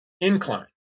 incline